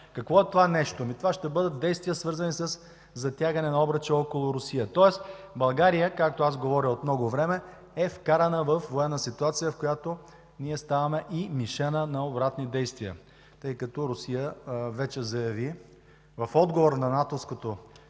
Какво е това нещо? Ами, това ще бъдат действия, свързани със затягане на обръча около Русия, тоест България, както аз говоря от много време, е вкарана във военна ситуация, в която ние ставаме и мишена на обратни действия, тъй като Русия вече заяви в отговор на